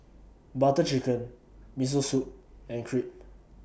Butter Chicken Miso Soup and Crepe